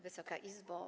Wysoka Izbo!